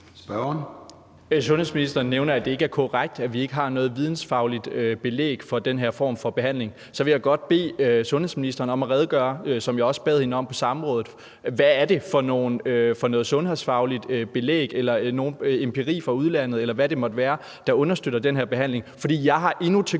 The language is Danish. Sundhedsministeren nævner, at det ikke er korrekt, at vi ikke har noget sundhedsfagligt belæg for den her form for behandling. Så vil jeg godt bede sundhedsministeren om at redegøre for, som jeg også bad hende om på samrådet, hvad det er for noget sundhedsfagligt belæg eller empiri fra udlandet, eller hvad det måtte være, der understøtter den her behandling. Jeg har endnu til